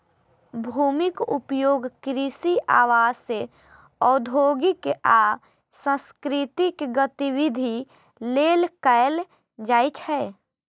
भूमिक उपयोग कृषि, आवास, औद्योगिक आ सांस्कृतिक गतिविधि लेल कैल जाइ छै